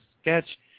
sketch